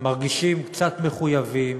מרגישים קצת מחויבים,